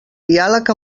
diàleg